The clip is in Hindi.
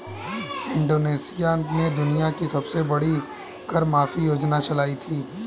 इंडोनेशिया ने दुनिया की सबसे बड़ी कर माफी योजना चलाई थी